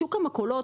לשוק המכולות,